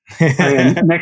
Next